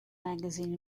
magazine